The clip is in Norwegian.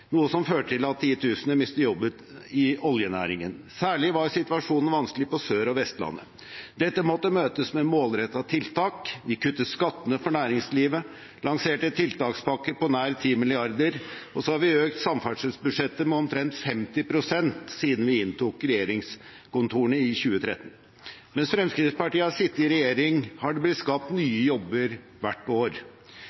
noe som førte til at titusener mistet jobben i oljenæringen. Særlig var situasjonen vanskelig på Sør- og Vestlandet. Dette måtte møtes med målrettede tiltak. Vi kuttet skattene for næringslivet, vi lanserte en tiltakspakke på nær 10 mrd. kr, og vi har økt samferdselsbudsjettet med omtrent 50 pst. siden vi inntok regjeringskontorene i 2013. Mens Fremskrittspartiet har sittet i regjering, er det blitt skapt